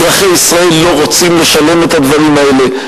אזרחי ישראל לא רוצים לשלם את הדברים האלה,